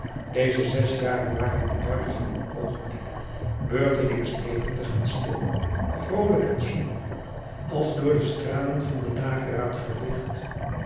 deze zes jaren waren een buitengewoon oogenblik beurtelings levendig en stil vroolijk en somber als door de stralen van den dageraad verlicht